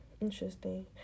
interesting